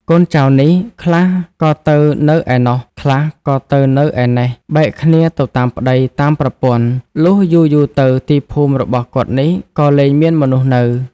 កូនចៅនេះ ខ្លះក៏ទៅនៅឯណោះ ខ្លះក៏ទៅនៅឯណេះ បែកគ្នាទៅតាមប្តី តាមប្រពន្ធ លុះយូរៗ ទៅទីភូមិរបស់គាត់នេះ ក៏លែងមានមនុស្សនៅ ។